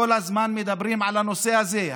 כל הזמן מדברים על הנושא הזה,